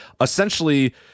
essentially